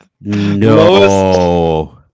No